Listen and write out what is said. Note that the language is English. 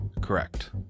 Correct